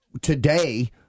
today